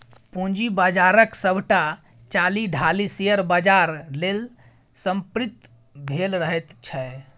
पूंजी बाजारक सभटा चालि ढालि शेयर बाजार लेल समर्पित भेल रहैत छै